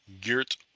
geert